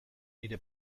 nire